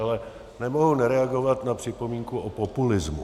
Ale nemohu nereagovat na připomínku o populismu.